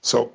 so